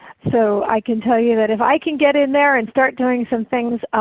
so i can tell you that if i can get in there and start doing some things,